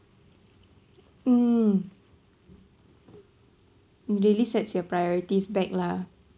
mm really sets your priorities back lah